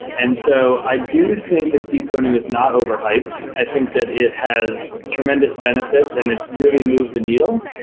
and so i do think that deep learning is not overhyped. i think that it has tremendous benefits and it's really moved the needle.